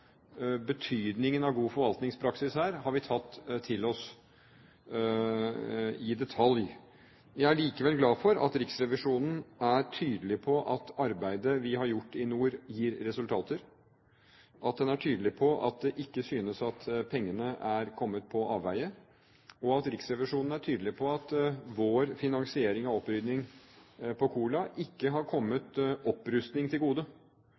betydningen av god forvaltningspraksis. Jeg er likevel glad for at Riksrevisjonen er tydelig på at arbeidet vi har gjort i nord, gir resultater, at en er tydelig på at det ikke synes som om pengene er kommet på avveie, og at en er tydelig på at vår finansiering av opprydningen på Kola ikke er kommet opprusting til gode.